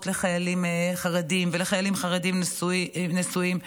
לחיילים חרדים ולחיילים חרדים נשואים,